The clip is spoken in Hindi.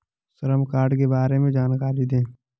श्रम कार्ड के बारे में जानकारी दें?